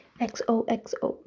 XOXO